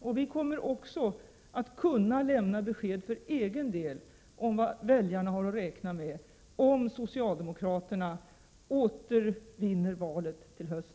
Och vi kommer också att kunna lämna besked för egen del om vad väljarna har att räkna med ifall socialdemokraterna vinner valet i höst.